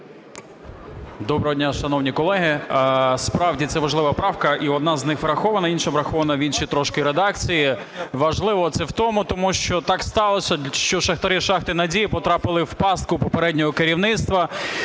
Доброго дня, шановні колеги! Справді, це важлива правка і одна з них врахована, а інша врахована в іншій трошки редакції. Важливо це тому, що так сталося, що шахтарі шахти "Надія" потрапили в пастку попереднього керівництва,